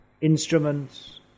instruments